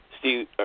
Steve